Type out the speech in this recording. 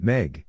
Meg